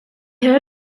heard